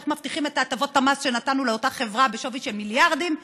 איך מבטיחים את הטבות המס שנתנו לאותה חברה בשווי של מיליארדים,